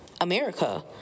America